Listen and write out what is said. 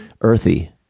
earthy